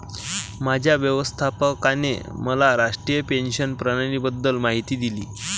माझ्या व्यवस्थापकाने मला राष्ट्रीय पेन्शन प्रणालीबद्दल माहिती दिली